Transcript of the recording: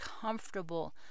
comfortable